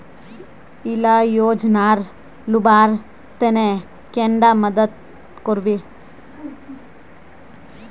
इला योजनार लुबार तने कैडा मदद करबे?